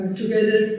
together